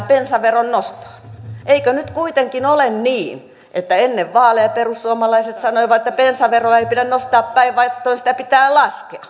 eikö nyt kuitenkin ole niin että ennen vaaleja perussuomalaiset sanoivat että bensaveroa ei pidä nostaa päinvastoin sitä pitää laskea